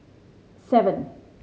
seven